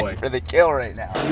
like for the kill right now